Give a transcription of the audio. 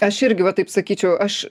aš irgi va taip sakyčiau aš